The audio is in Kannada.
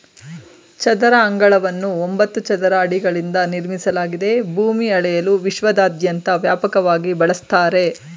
ಚದರ ಅಂಗಳವನ್ನು ಒಂಬತ್ತು ಚದರ ಅಡಿಗಳಿಂದ ನಿರ್ಮಿಸಲಾಗಿದೆ ಭೂಮಿ ಅಳೆಯಲು ವಿಶ್ವದಾದ್ಯಂತ ವ್ಯಾಪಕವಾಗಿ ಬಳಸ್ತರೆ